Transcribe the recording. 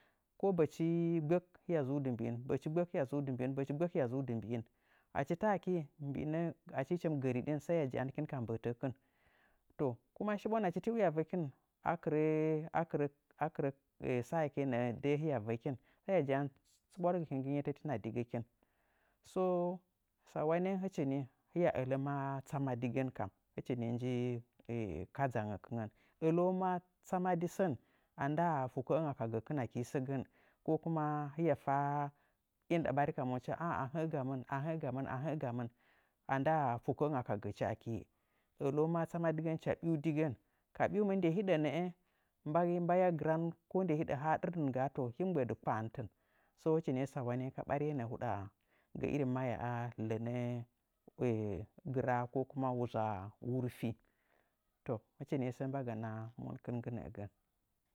Ko bəchi gbək hiya zuudɨ mbii, bəchi gbək hiya zuudɨ mbi in. Achi ta akii mbiinə achi hɨchi mɨ gə rɨɗin hiya ja'an hɨkina dzə'ə ka mbətəkɨn. To kuma shiɓwan achi tii waa vəkin a kɨrə akɨrə a kɨrə sa e kɨə nə'ə də'ə hiya vəkin sai hiya jaan ɨsɨɓwadɨgɨ kin nggɨ nye tətin a di gəkin. So sawanenyi ceni hiya ələ maa tsama digən kam hɨchi nii nji kadzangngəkɨngən kam. ələu maa tsama di sən a ndaa fukəənga ka gəkɨn akii səgən ko kuma hiya fa ndɨɗa ɓari ka monkɨn a'a hə'ə gamɨn, a hə'ə gamɨn a hə'ə gamɨn. A ndaa fukə ənga ka gəchi akii. Ələu maa tsama digən hɨcha ɓiu digən. Ka biumɨn nde hiɗə nəə mbaiya gɨran ko ne hiɗə haa ndɨrdɨn hgaa, to hii mɨ mobə'ə dɨ mɨ kpa'a nɨtɨn. Hɨchi nii sawanənyi ka bəriye nə'ə huɗa gə irri mahyaa lənə gɨra ko kuma wuza wurfi. To hɨchi nii səə mbagana monkɨn nggɨ nə'əgən.